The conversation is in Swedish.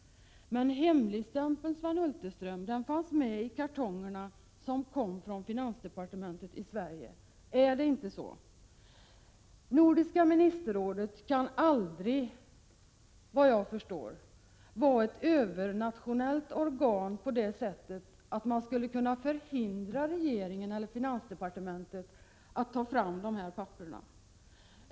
Men var det inte så, Sven Hulterström, att hemligstämpeln fanns med i kartongerna som kom från finansdepartementet i Sverige? Vad jag förstår kan Nordiska ministerrådet aldrig vara ett övernationellt organ på det sättet att man skulle kunna förhindra regeringen eller finansdepartementet att lägga fram dessa papper.